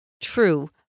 true